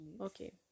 Okay